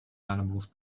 animals